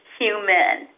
human